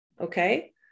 Okay